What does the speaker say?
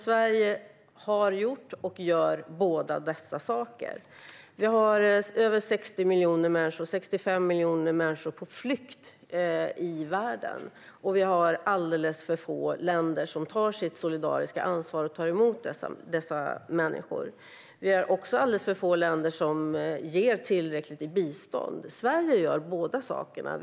Sverige har gjort och gör båda dessa saker. Över 65 miljoner människor är på flykt i världen. Alldeles för få länder tar ett solidariskt ansvar och tar emot dessa människor. Det finns också alldeles för få länder som ger tillräckligt i bistånd. Sverige gör båda dessa saker.